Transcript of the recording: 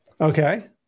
Okay